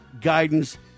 guidance